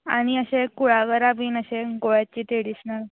आनी अशें कुळागरां बीन अशें गोव्याचे ट्रॅडिशनल